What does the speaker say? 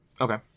Okay